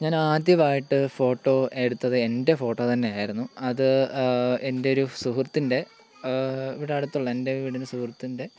ഞാനാദ്യമായിട്ട് photo എടുത്തത് എൻ്റെ photo തന്നെ ആയിരുന്നു അത് എന്റെ ഒരു സുഹൃത്തിൻറെ ഇവിടടുത്തുള്ള എൻറെ വീടിന് സുഹൃത്തിൻറെ